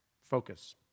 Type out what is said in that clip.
Focus